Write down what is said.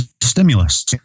stimulus